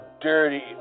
dirty